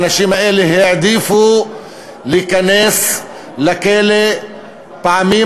האנשים האלה העדיפו להיכנס לכלא פעמים